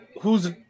whos